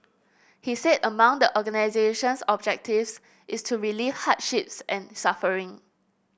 he said among the organisation's objectives is to relieve hardships and suffering